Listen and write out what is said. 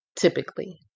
typically